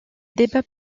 débat